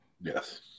Yes